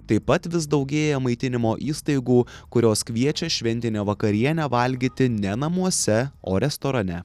taip pat vis daugėja maitinimo įstaigų kurios kviečia šventinę vakarienę valgyti ne namuose o restorane